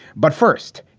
but first,